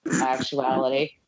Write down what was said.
Actuality